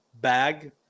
bag